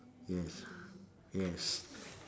yes yes